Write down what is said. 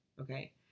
okay